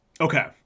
Okay